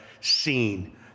seen